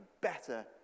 better